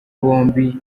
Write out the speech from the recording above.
bombi